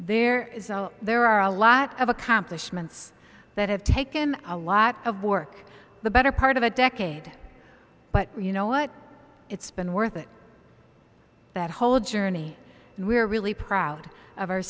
there is there are a lot of accomplishments that have taken a lot of work the better part of a decade but you know what it's been worth it that whole journey and we're really proud of our